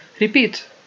repeat